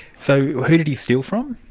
so who did he steal from?